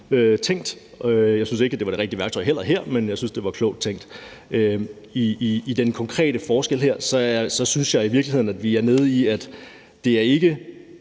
tænkt. Jeg synes så ikke, det var det rigtige værktøj her heller, men jeg synes, det var klogt tænkt. Hvad angår den konkrete forskel her synes jeg i virkeligheden, at vi er nede i, at det ikke